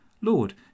Lord